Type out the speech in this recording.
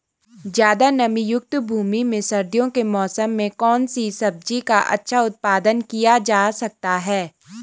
ज़्यादा नमीयुक्त भूमि में सर्दियों के मौसम में कौन सी सब्जी का अच्छा उत्पादन किया जा सकता है?